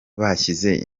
bashyize